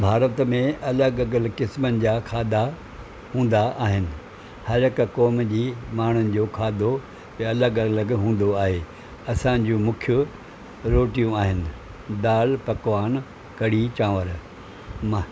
भारत में अलॻि अलॻि क़िस्मनि जा खाधा हूंदा आहिनि हर हिकु क़ौम जे माणहुनि जो खाधो अलॻि अलॻि हूंदो आहे असांजियूं मुख्य रोटियूं आहिनि दाल पकवान कड़ी चांवरु मां